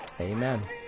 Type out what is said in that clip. Amen